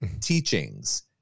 teachings